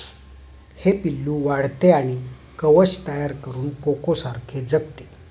हे पिल्लू वाढते आणि कवच तयार करून कोकोसारखे जगते